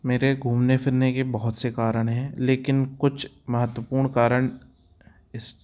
मेरे घूमने फिरने के बहुत से कारण हैं लेकिन कुछ महत्वपूर्ण कारण इस